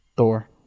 Thor